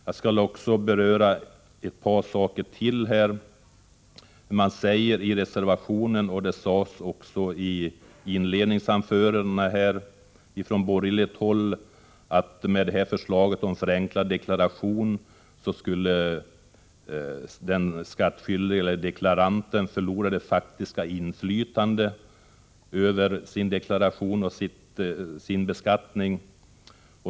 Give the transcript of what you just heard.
Jag skall beröra ett par saker till. Man säger i en reservation, och det har sagts också i inledningsanförandena från borgerligt håll, att enligt förslaget om förenklad deklaration skulle deklaranten, den skattskyldige, förlora det faktiska inflytandet över sin deklaration och sin beskattning.